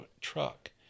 truck